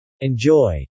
Enjoy